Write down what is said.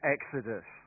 Exodus